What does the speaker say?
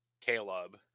Caleb